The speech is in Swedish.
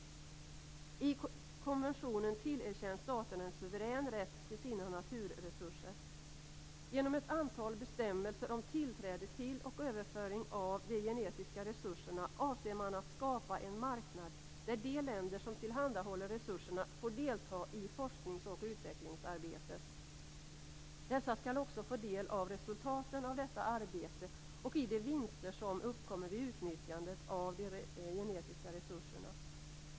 I konventionen tillerkänns staterna en suverän rätt till sina naturresurser. Genom ett antal bestämmelser om tillträde till och överföring av de genetiska resurserna avser man att skapa en marknad där de länder som tillhandahåller resurserna får delta i forsknings och utvecklingsarbetet. Dessa skall också få del av resultaten av detta arbete och i de vinster som uppkommer vid utnyttjandet av de genetiska resurserna.